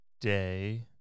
day